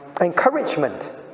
encouragement